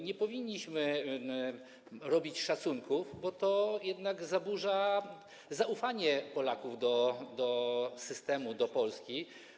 Nie powinniśmy robić tu szacunków, bo to jednak zaburza zaufanie Polaków do systemu, do Polski.